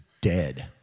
dead